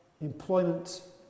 employment